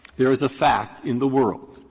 there is a fact in the world.